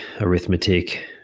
arithmetic